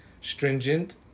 stringent